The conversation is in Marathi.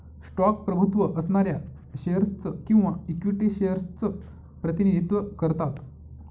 स्टॉक प्रभुत्व असणाऱ्या शेअर्स च किंवा इक्विटी शेअर्स च प्रतिनिधित्व करतात